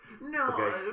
No